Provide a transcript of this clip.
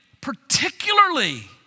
particularly